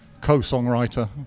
co-songwriter